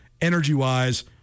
energy-wise